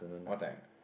what time